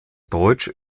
deutsch